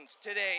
today